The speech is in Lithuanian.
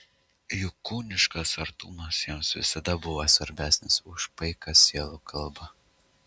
juk kūniškas artumas jiems visada buvo svarbesnis už paiką sielų kalbą